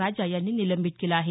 राजा यांनी निलंबित केलं आहे